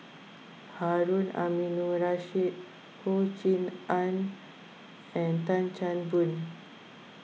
Harun Aminurrashid Ho Rui An and Tan Chan Boon